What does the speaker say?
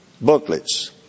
booklets